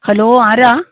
hello ആരാണ്